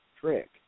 trick